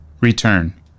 return